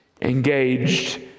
engaged